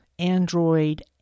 android